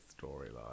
storyline